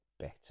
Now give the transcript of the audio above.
better